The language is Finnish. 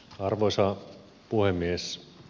arvoisa puhemies